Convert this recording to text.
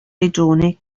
regione